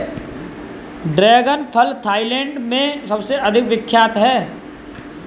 dragon फल Thailand में सबसे अधिक विख्यात है